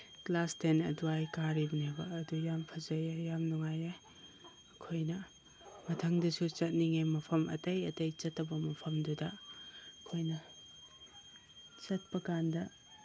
class ten ꯑꯗꯨꯋꯥꯏ ꯀꯥꯔꯤꯕꯅꯦꯕ ꯑꯗꯨ ꯌꯥꯝ ꯐꯖꯩꯌꯦ ꯌꯥꯝ ꯅꯨꯡꯉꯥꯏꯌꯦ ꯑꯩꯈꯣꯏꯅ ꯃꯊꯪꯗꯁꯨ ꯆꯠꯅꯤꯡꯉꯦ ꯃꯐꯝ ꯑꯇꯩ ꯑꯇꯩ ꯆꯠꯇꯕ ꯃꯐꯝꯗꯨꯗ ꯑꯩꯈꯣꯏꯅ ꯆꯠꯄꯀꯥꯟꯗ